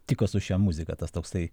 tiko su šia muzika tas toksai